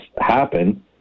happen